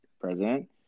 president